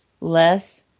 less